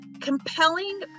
compelling